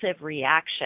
reaction